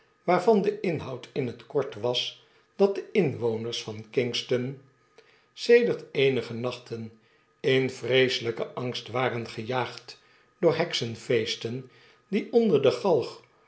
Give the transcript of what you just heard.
waarvan de inhoud in het kort was dat de inwoners van kingston sedert eenige nachten in vreeseijjken angst waren gejaagd door heksenfeesten die onder de galg